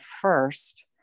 first